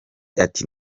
ati